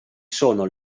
sono